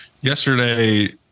yesterday